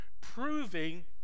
proving